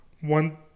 one